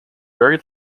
very